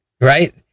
Right